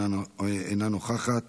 אינה נוכחת,